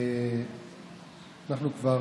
אנחנו כבר